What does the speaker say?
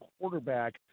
quarterback